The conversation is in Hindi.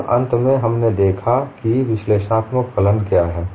और अंत में हमने देखा कि विश्लेषणात्मक फलन क्या हैं